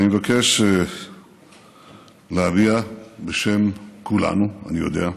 אני מבקש להביע בשם כולנו, אני יודע,